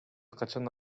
качан